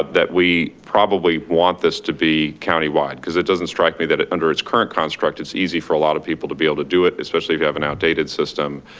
ah that we probably want this to be countywide. because it doesn't strike me that under its current construct it's easy for a lot of people to be able to do it, especially if you have an outdated system.